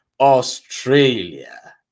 Australia